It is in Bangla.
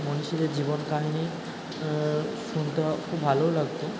মনীষীদের জীবন কাহিনি শুনতেও খুব ভালোও লাগতো